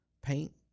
Paint